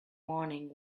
morning